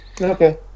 Okay